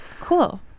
cool